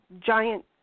giant